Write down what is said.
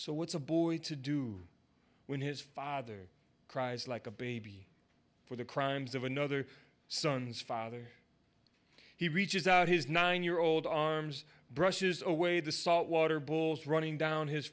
so what's a boy to do when his father cries like a baby for the crimes of another son's father he reaches out his nine year old arms brushes away the salt water bowls running down his